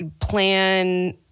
plan